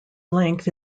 length